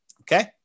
Okay